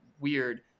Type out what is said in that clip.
weird